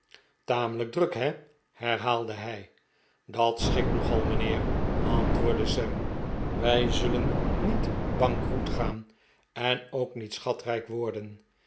tamelijk druk he herhaalde hij dat scbikt nogal mijnheer antwoordde sam wij zullen niet bankroet gaan en ook niet schatrijk worden